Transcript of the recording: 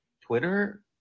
Twitter